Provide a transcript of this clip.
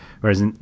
Whereas